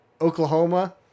Oklahoma –